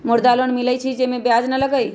मुद्रा लोन मिलहई जे में ब्याज न लगहई?